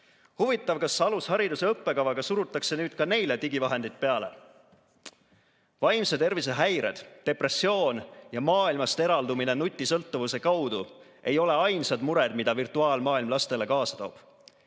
Huvitav, kas alushariduse õppekavaga surutakse nüüd ka neile digivahendid peale? Vaimse tervise häired, depressioon ja maailmast eraldumine nutisõltuvuse kaudu ei ole ainsad mured, mida virtuaalmaailm lastele kaasa toob.